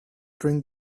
drink